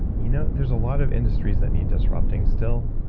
you know there's a lot of industries that need disrupting still.